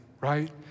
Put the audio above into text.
right